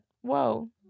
whoa